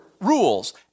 rules